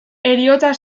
heriotza